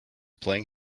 playing